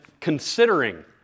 considering